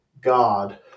God